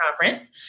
conference